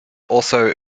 also